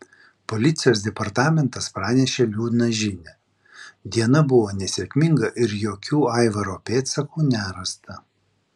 policijos departamentas pranešė liūdną žinią diena buvo nesėkminga ir jokių aivaro pėdsakų nerasta